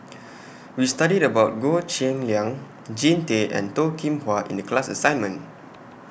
We studied about Goh Cheng Liang Jean Tay and Toh Kim Hwa in The class assignment